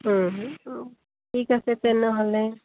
ঠিক আছে তেনেহ'লে